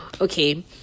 okay